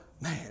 man